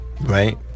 right